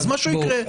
אז משהו יקרה.